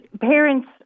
parents